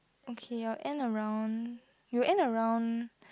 okay I'll around you end around